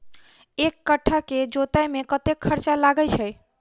एक कट्ठा केँ जोतय मे कतेक खर्चा लागै छै?